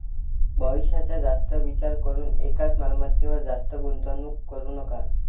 भविष्याचा जास्त विचार करून एकाच मालमत्तेवर जास्त गुंतवणूक करू नका